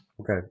Okay